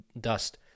dust